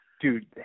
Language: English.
Dude